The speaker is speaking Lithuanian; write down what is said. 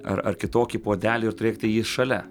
ar ar kitokį puodelį ir turėkite jį šalia